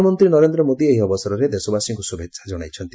ପ୍ରଧାନମନ୍ତ୍ରୀ ନରେନ୍ଦ୍ର ମୋଦି ଏହି ଅବସରରେ ଦେଶବାସୀଙ୍କୁ ଶୁଭେଚ୍ଛା ଜଣାଇଛନ୍ତି